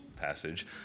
passage